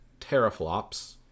teraflops